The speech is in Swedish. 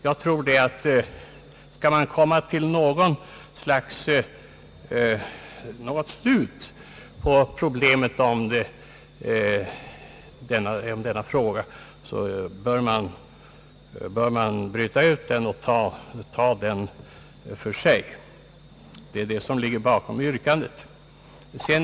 Jag tror att om man skall få någon slutlig lösning på problemet, så bör man bryta ut denna fråga och ta den för sig. Det är detta som ligger bakom yrkandet.